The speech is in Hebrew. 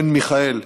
בן מיכאל,